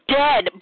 dead